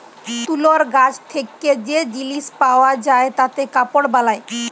তুলর গাছ থেক্যে যে জিলিস পাওয়া যায় তাতে কাপড় বালায়